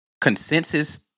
consensus